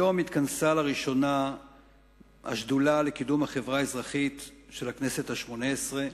היום התכנסה לראשונה השדולה לקידום החברה האזרחית בכנסת השמונה-עשרה,